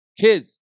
kids